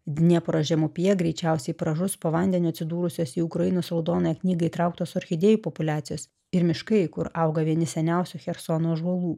dniepro žemupyje greičiausiai pražus po vandeniu atsidūrusios į ukrainos raudonąją knygą įtrauktos orchidėjų populiacijos ir miškai kur auga vieni seniausių chersono ąžuolų